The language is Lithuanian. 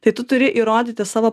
tai tu turi įrodyti savo